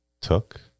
took